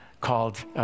called